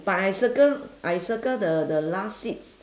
but I circle I circle the the last seats